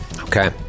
Okay